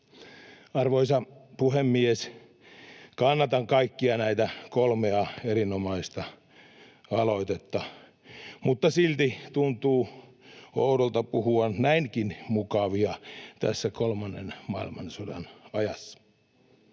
Arvoisa puhemies! Kannatan kaikkia näitä kolmea erinomaista aloitetta, mutta silti tuntuu oudolta puhua näinkin mukavia tässä kolmannen maailmansodan ajassa.